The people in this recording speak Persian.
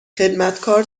خدمتکار